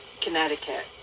Connecticut